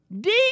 Deep